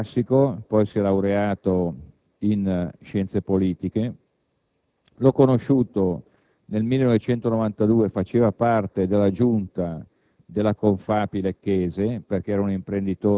Il dottor Magni ha fatto il liceo classico e poi si è laureato in scienze politiche. Io l'ho conosciuto nel 1992, quando faceva parte della giunta